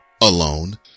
alone